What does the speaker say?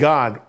God